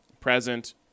present –